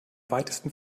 weitesten